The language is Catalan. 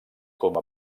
com